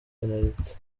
penaliti